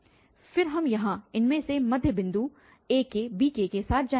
फिर हम यहाँ इनमें से मध्य बिंदु akbk के साथ जाएंगे